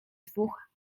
dwóch